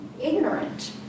ignorant